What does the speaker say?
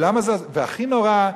והכי נורא,